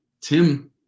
Tim